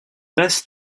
best